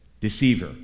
Deceiver